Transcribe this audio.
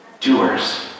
doers